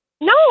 No